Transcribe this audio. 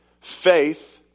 Faith